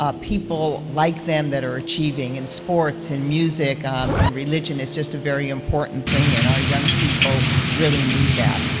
ah people like them, that are achieving in sports and music and religion. it's just a very important thing, and our young people really need that.